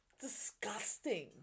disgusting